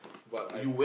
but I k~